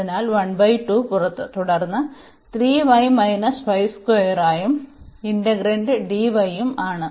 അതിനാൽ പുറത്ത് തുടർന്ന് യും ഇന്റഗ്രന്റ് യുമാണ്